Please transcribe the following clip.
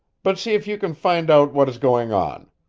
but see if you can find out what is going on.